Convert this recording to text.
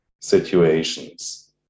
situations